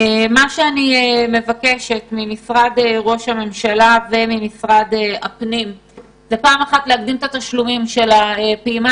אני מבקשת ממשרד ראש הממשלה וממשרד הפנים להגדיל את תשלומי הפעימה